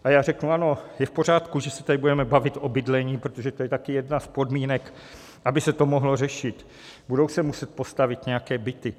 A já řeknu: ano, je v pořádku, že se tady budeme bavit o bydlení, protože to je taky jedna z podmínek, aby se to mohlo řešit, budou se musit postavit nějaké byty.